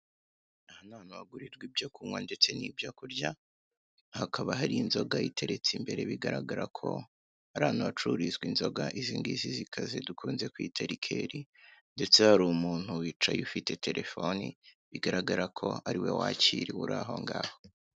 Aha ni ahantu hagirirwa ibyo kunywa ndetse n'ibyo kurya, hakaba hari inzoga iteretse imbere bigaragara ko ari ahantu hacururizwa inzoga izingizi zikaze dukunze kwita rikeri ndetse hari umuntu wicaye ufite telefone bigaragara ko ariwe wakiriwe uri ahongaho.